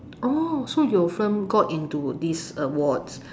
oh so your film got into these awards